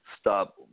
stop